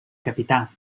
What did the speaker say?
capità